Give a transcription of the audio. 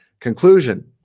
Conclusion